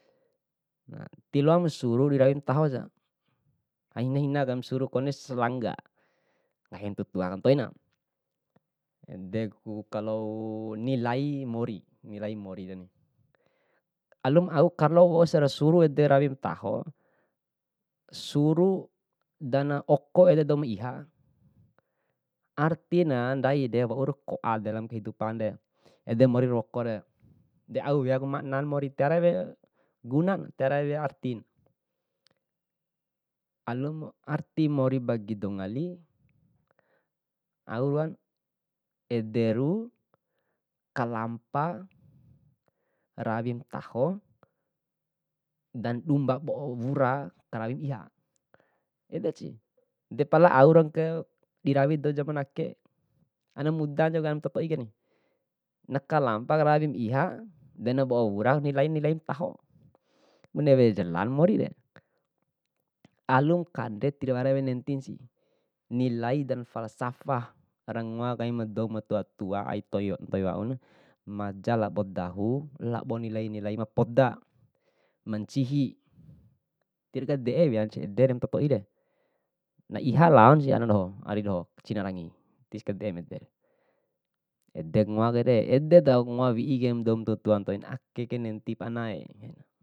tiloam suruh di rawi matahosa, aina nahina kaim suru kone swangga, nggahi matua tuaka ntoina. Edeku kalo nilai mori nilai moriren, alum au kalo wausi suru ede rawi mataho, suru dana oko ede doum maiha, artina ndaide waura koa dalam kehidupanre, ede mori wokore, de au weak maknan mori gunan, tiwara artin. Alumu arti mori bagi dou ngali au ruan, ede ru kalampa rawi mataho dan nduba bo'o wura karawim iha. Edeci, depala au ruanke dirawi dou jaman ake, ana muda ncauke ma toi toikere, nakalampa wari ma iha, de na bou wuraku nilai nilai mataho, bune wea jalaona morire. Alum kande tiwara ra nentinsi, nila dan falsafah rangoa kaim douma tua tua aip toi ntoi wauna menjadi maja labo dahu labo nilai nilai mapoda ma ncihi, tirkade'e wea edere ma toi toire, na iha laonsi ana doho, ari doho, cinara angi, tis kade'e mu ede, edeku ngoa kaire, ededa ngoa wi'i kaim doumtua tua ntoin akeke nentipu anae.